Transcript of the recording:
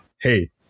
hey